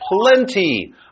plenty